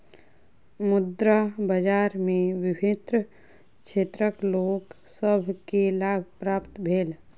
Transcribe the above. मुद्रा बाजार में विभिन्न क्षेत्रक लोक सभ के लाभ प्राप्त भेल